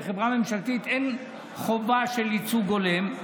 ובחברה ממשלתית אין חובה של ייצוג הולם,